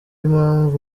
mpamvu